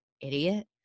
idiot